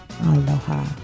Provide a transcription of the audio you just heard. Aloha